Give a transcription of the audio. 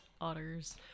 otters